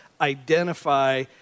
identify